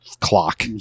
clock